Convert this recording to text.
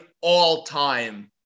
all-time